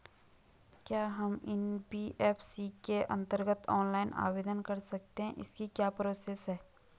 क्या हम एन.बी.एफ.सी के अन्तर्गत ऑनलाइन आवेदन कर सकते हैं इसकी क्या प्रोसेस है?